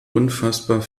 unfassbar